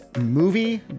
movie